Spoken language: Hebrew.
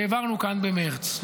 שהעברנו כאן במרץ.